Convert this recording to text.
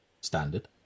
standard